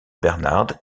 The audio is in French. bernhard